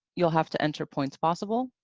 you'll have to enter points possible,